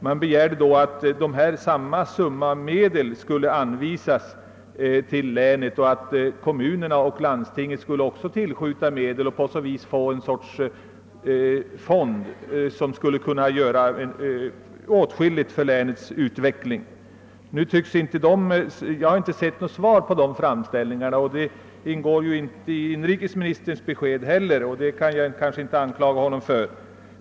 Man begärde att samma belopp skulle anvisas till länet och att kommunerna och landstinget också skulle tillskjuta medel för att det på så sätt skulle skapas en fond som skulle kunna betyda åtskilligt för länets utveckling. Jag har inte sett något svar på denna framställning, och något sådant ingår inte heller i inrikesministerns besked, men det kan jag kanske inte anklaga honom för.